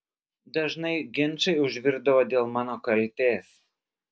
dažnai ginčai užvirdavo dėl mano kaltės